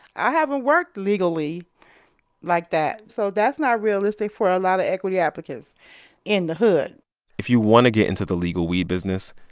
i haven't worked legally like that. so that's not realistic for a lot of equity applicants in the hood if you want to get into the legal weed business,